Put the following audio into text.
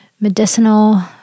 medicinal